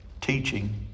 teaching